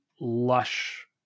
lush